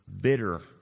bitter